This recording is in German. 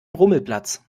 rummelplatz